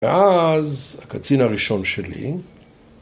‫ואז הקצין הראשון שלי...